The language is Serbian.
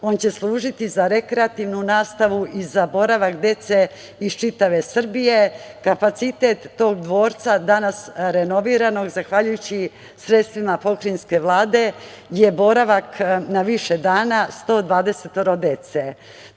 on će služiti za rekreativnu nastavu i za boravak dece iz čitave Srbije. Kapacitet tog dvorca, danas renoviranog zahvaljujući sredstvima pokrajinske Vlade, je boravak na više dana 120